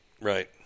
Right